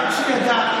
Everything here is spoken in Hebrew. גם שידע,